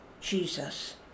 Jesus